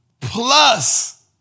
plus